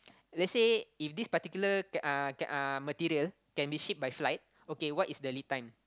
let's say if this particular can uh can uh material can be ship by flight okay what is the lead time